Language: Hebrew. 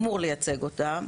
שאמור לייצג אותם,